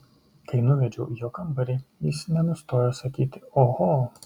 kai nuvedžiau į jo kambarį jis nenustojo sakyti oho